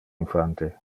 infante